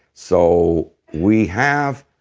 so we have,